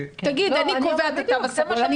תגיד: אני קובע את התו הסגול,